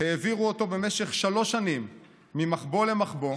העבירו אותו במשך שלוש שנים ממחבוא למחבוא,